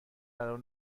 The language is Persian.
قرار